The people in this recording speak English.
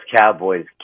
Cowboys